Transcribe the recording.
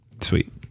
sweet